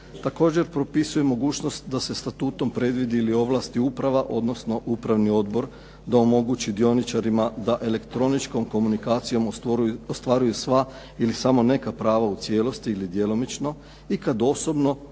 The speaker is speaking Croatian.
Također, propisuje mogućnost da se statutom predvidi ili ovlasti uprava, odnosno upravni odbor, da omogući dioničarima da elektroničkom komunikacijom ostvaruju sva ili samo neka prava u cijelosti ili djelomično. I kad osobno